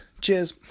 Cheers